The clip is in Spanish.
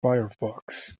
firefox